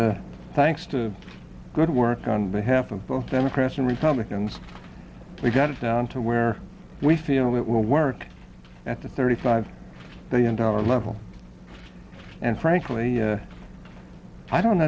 and thanks to good work on behalf of both democrats and republicans we've got it down to where we feel it will work at the thirty five billion dollars level and frankly i don't